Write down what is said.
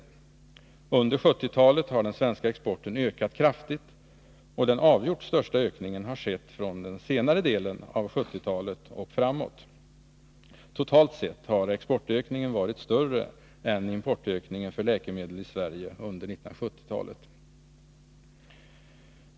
Under 1970-talet har den svenska exporten ökat kraftigt, och den avgjort största ökningen har skett från den senare delen av 1970-talet och framåt. Totalt sett har exportökningen varit större än importökningen för läkemedel i Sverige under 1970-talet.